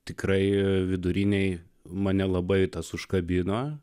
tikrai vidurinėje mane labai tas užkabino